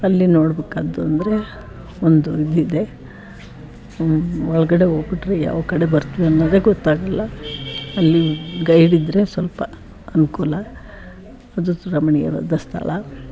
ಅಲ್ಲಿ ನೋಡ್ಬೇಕಾದ್ದು ಅಂದರೆ ಒಂದು ಇದಿದೆ ಒಳಗಡೆ ಹೋಗ್ಬಿಟ್ರೆ ಯಾವ ಕಡೆ ಬರ್ತೀವಿ ಅನ್ನೋದೇ ಗೊತ್ತಾಗೋಲ್ಲ ಅಲ್ಲಿ ಗೈಡ್ ಇದ್ದರೆ ಸ್ವಲ್ಪ ಅನುಕೂಲ ಅದು ರಮಣೀಯವಾದ ಸ್ಥಳ